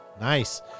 Nice